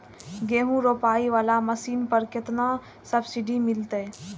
गेहूं रोपाई वाला मशीन पर केतना सब्सिडी मिलते?